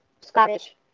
Scottish